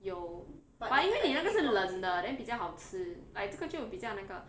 有 but 因为你那个是冷的 then 比较好吃 like 这个就比较那个